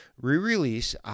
re-release